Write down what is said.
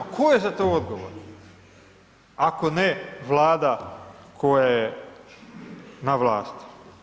Tko je za to odgovoran ako ne Vlada koja je na vlasti?